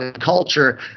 culture